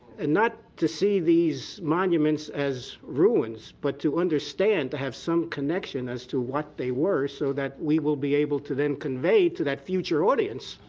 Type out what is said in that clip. and not to see these monuments as ruins, but to understand, to have some connection as to what they were so that we will be able to then convey to that future audience.